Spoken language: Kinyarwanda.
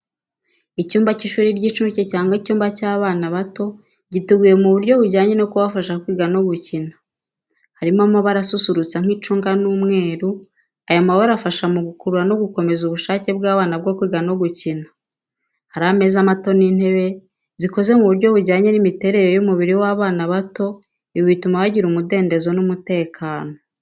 Icyumba cy’ishuri ry’incuke cyangwa icyumba cy’abana bato, giteguye mu buryo bujyanye no kubafasha kwiga no gukina. Harimo amabara asusurutsa nk’icunga n’umweru aya mabara afasha mu gukurura no gukomeza ubushake bw’abana bwo kwiga no gukina. Hari ameza mato n’intebe zikoze mu buryo bujyanye n’imiterere y’umubiri w’abana bato ibi bituma bagira umudendezo n’umutekano.